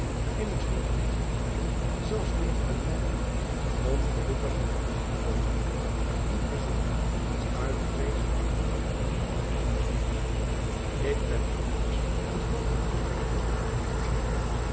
immers niemand zelfs durft men my ongelukkige en machtelooze vrouw niet bezoeken uit vreeze van in zijn ongenade te vervallen ik ben immers van elk en een iegelijk verlaten